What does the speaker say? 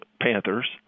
Panthers